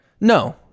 No